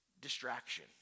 distraction